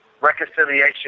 Reconciliation